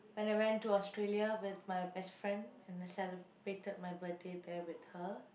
when I went to Australia with my best friend and I celebrated my birthday there with her